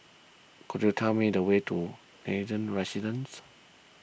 could you tell me the way to Nathan Residences